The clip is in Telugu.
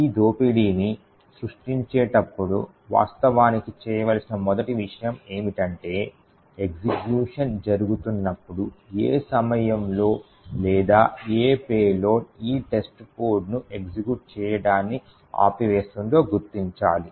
ఈ దోపిడీని సృష్టించేటప్పుడు వాస్తవానికి చేయవలసిన మొదటి విషయం ఏమిటంటే ఎగ్జిక్యూషన్ జరుగుతున్నప్పుడు ఏ సమయంలో లేదా ఏ పేలోడ్ ఈ testcodeను ఎగ్జిక్యూషన్ చేయడాన్ని ఆపి వేస్తుందో గుర్తించాలి